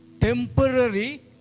temporary